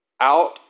out